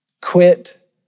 Quit